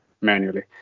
manually